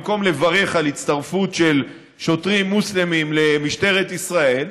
במקום לברך על הצטרפות של שוטרים מוסלמים למשטרת ישראל,